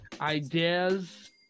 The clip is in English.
Ideas